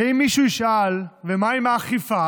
ואם מישהו ישאל: ומה עם האכיפה?